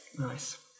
Nice